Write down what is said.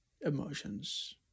emotions